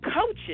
Coaches